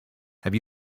have